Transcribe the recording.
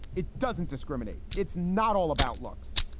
it doesn't discriminate. it's not all about looks.